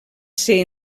ser